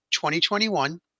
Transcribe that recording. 2021